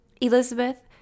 Elizabeth